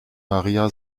maria